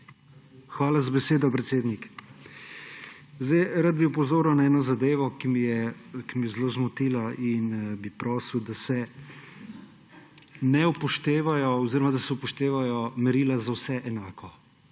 Hvala za besedo, predsednik. Rad bi opozoril na eno zadevo, ki me je zelo zmotila, in bi prosil, da se ne upoštevajo oziroma da se upoštevajo merila za vse enako.